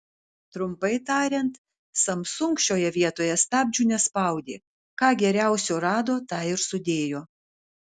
trumpai tariant samsung šioje vietoje stabdžių nespaudė ką geriausio rado tą ir sudėjo